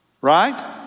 Right